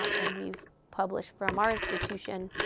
um and we've published, from our institution,